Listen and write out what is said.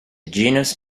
genus